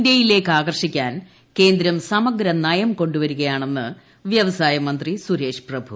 ഇന്തൃയിലേയ്ക്ക് ആകർഷിക്കാൻ കേന്ദ്രം സമഗ്ര നയം കൊണ്ടുവരികയാണെന്ന് വൃവസായ മന്ത്രി സുരേഷ് പ്രഭു